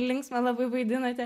linksmą labai vaidinote